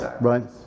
Right